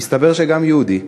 מסתבר שגם יהודי,